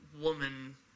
woman